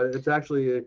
it's actually ah